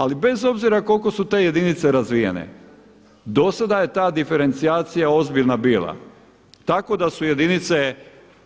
Ali bez obzira koliko su te jedinice razvijene do sada je ta diferencija ozbiljna bila tako da su jedinice